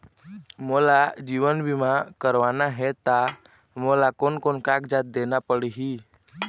मोला जीवन बीमा करवाना हे ता मोला कोन कोन कागजात देना पड़ही?